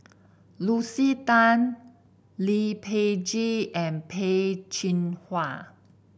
Lucy Tan Lee Peh Gee and Peh Chin Hua